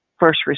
first